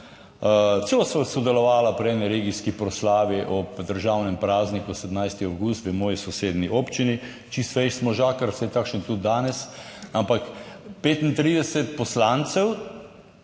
celo sva sodelovala pri eni regijski proslavi ob državnem prazniku 17. avgust v moji sosednji občini. Čisto fejst možakar, saj je takšen tudi danes. Ampak 35 poslancev